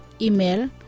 Email